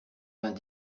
vingt